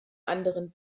anderen